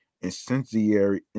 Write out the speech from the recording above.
incendiary